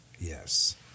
Yes